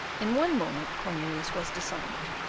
in one moment cornelius was disarmed,